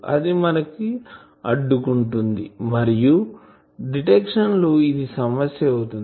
అది మనకు అడ్డుకుంటుంది మరియు డిటెక్షన్ లో ఇది సమస్య అవుతుంది